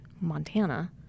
Montana